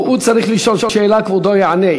הוא צריך לשאול שאלה, כבודו יענה.